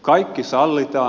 kaikki sallitaan